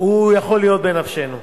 הוא יכול להיות בנפשנו.